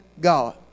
God